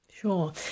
Sure